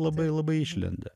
labai labai išlenda